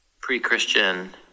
pre-christian